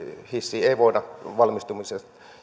hissiä ei voida valmistumisen